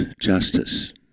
Justice